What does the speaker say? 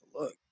look